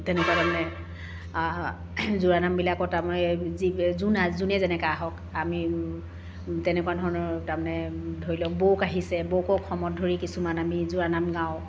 তেনেকুৱা তাৰমানে জোৰানামবিলাকত আমাৰ যি যোন আৰু যোনেই যেনেকুৱা আহক আমি তেনেকুৱা ধৰণৰ তাৰমানে ধৰি লওক বৌক আহিছে বৌকক সমত ধৰি কিছুমান আমি জোৰানাম গাওঁ